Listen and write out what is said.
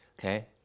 Okay